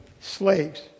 slaves